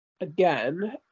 again